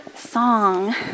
song